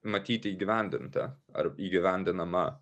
matyti įgyvendintą ar įgyvendinamą